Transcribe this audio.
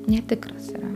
netikras yra